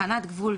"תחנת גבול",